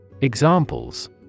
Examples